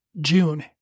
June